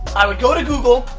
i would go to google,